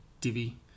Divi